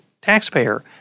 taxpayer